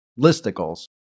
listicles